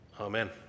amen